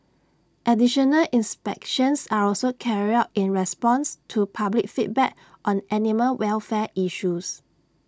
additional inspections are also carried out in response to public feedback on animal welfare issues